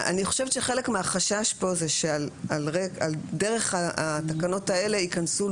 אני חושבת שחלק מהחשש כאן הוא שדרך התקנות האלה ייכנסו